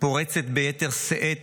ביתר שאת